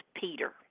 Peter